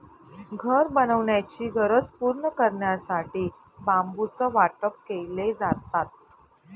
घर बनवण्याची गरज पूर्ण करण्यासाठी बांबूचं वाटप केले जातात